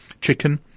chicken